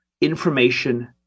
information